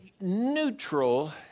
neutral